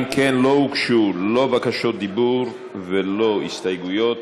אם כן, לא הוגשו לא בקשות דיבור ולא הסתייגויות.